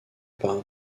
par